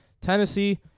Tennessee